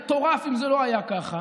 מטורף אם זה לא היה ככה: